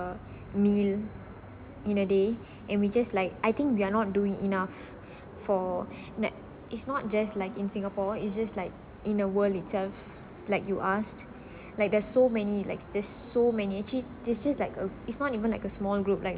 a meal in a day and we just like I think we are not doing enough for that is not just like in singapore it's just like in a world itself like you ask like there's so many like there's so many actually this is like a it's not even like a small group like